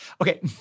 Okay